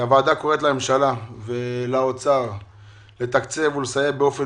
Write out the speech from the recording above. הוועדה קוראת לממשלה ולאוצר לתקצב ולסייע באופן